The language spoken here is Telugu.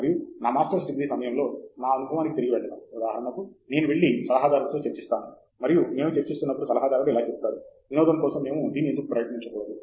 మరియు నా మాస్టర్స్ డిగ్రీ సమయంలో నా అనుభవానికి తిరిగి వెళ్లడం ఉదాహరణకు నేను వెళ్లి సలహాదారుడితో చర్చిస్తాను మరియు మేము చర్చిస్తున్నప్పుడు సలహాదారుడు ఇలా చెబుతాడు వినోదం కోసం మేము దీన్ని ఎందుకు ప్రయత్నించకూడదు